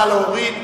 נא להוריד.